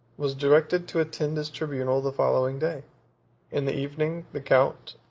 was directed to attend his tribunal the following day in the evening the count,